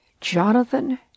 Jonathan